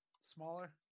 smaller